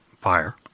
fire